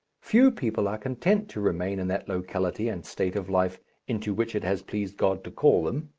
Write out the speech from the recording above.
few people are content to remain in that locality and state of life into which it has pleased god to call them.